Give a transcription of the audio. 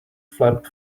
flap